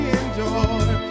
endure